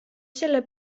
selle